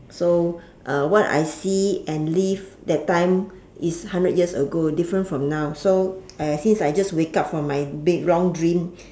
so what I see and live that time is hundred years ago different from now so since I just wake up from my bed long dream